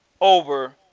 over